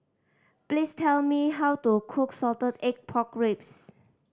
please tell me how to cook salted egg pork ribs